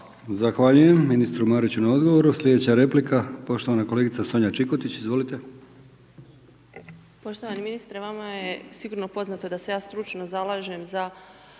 Zahvaljujem ministru na odgovoru. Sljedeća replika poštovana kolegica Ljubica Lukačić, izvolite.